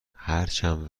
هرچند